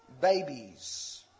babies